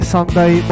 Sunday